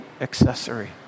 accessory